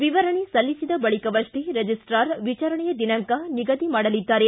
ವಿವರಣೆ ಸಲ್ಲಿಬಿದ ಬಳಿಕವಷ್ಟ ರಿಜೆಸ್ಟಾರ್ ವಿಚಾರಣೆಯ ದಿನಾಂಕ ನಿಗದಿ ಮಾಡಲಿದ್ದಾರೆ